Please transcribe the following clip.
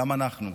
גם אנחנו,